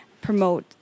promote